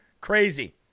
Crazy